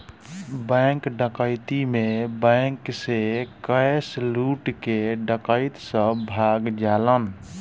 bank डकैती में bank से कैश लूट के डकैत सब भाग जालन